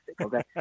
okay